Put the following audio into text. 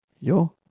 Yo